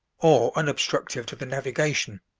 or unobstructive to the navigation.